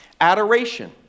Adoration